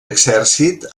exèrcit